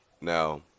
Now